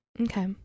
Okay